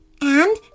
And